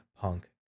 Punk